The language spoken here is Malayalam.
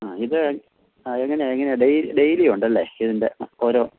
ആ ഇത് ആ എങ്ങനെയാണ് എങ്ങനെയാണ് ഡെയ്ലി ഉണ്ടല്ലെ ഇതിൻ്റെ ആ ഓരോ